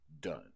done